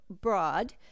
Broad